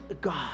God